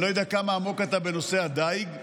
אני לא יודע כמה עמוק אתה בנושא הדיג,